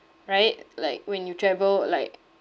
right like when you travel like